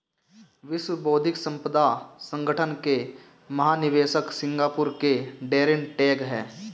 विश्व बौद्धिक संपदा संगठन के महानिदेशक सिंगापुर के डैरेन टैंग हैं